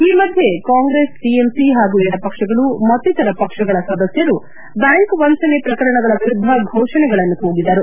ಈ ಮಧ್ಯೆ ಕಾಂಗ್ರೆಸ್ ಟಿಎಂಸಿ ಹಾಗೂ ಎಡಪಕ್ಷಗಳು ಮತ್ತಿತರ ಪಕ್ಷಗಳ ಸದಸ್ಯರು ಬ್ಯಾಂಕ್ ವಂಚನೆ ಪ್ರಕರಣಗಳ ವಿರುದ್ದ ಫೋಷಣೆಗಳನ್ನು ಕೂಗಿದರು